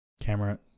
camera